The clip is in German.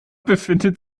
befindet